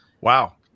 Wow